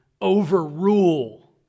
overrule